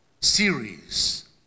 series